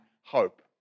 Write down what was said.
hope